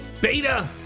beta